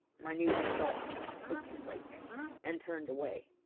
my news is solid it can wait and turned away.